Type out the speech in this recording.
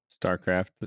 starcraft